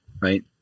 right